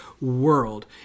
world